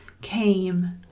came